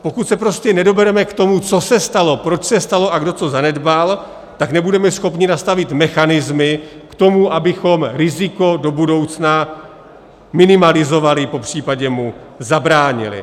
Pokud se prostě nedobereme k tomu, co se stalo, proč se stalo a kdo co zanedbal, tak nebudeme schopni nastavit mechanismy k tomu, abychom riziko do budoucna minimalizovali, popřípadě mu zabránili.